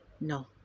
No